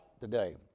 today